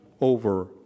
over